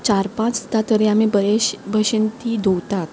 चार पांचदा तरी ती आमी बरें भशेन धुवतात